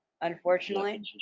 Unfortunately